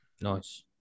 Nice